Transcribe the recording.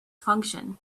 function